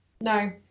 No